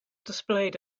displayed